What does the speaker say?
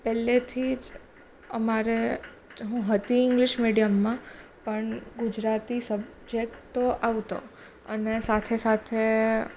પહેલેથી જ અમારે હું હતી ઈંગ્લીશ મીડિયમમાં પણ ગુજરાતી સબજેક્ટ તો આવતો અને સાથે સાથે